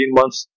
months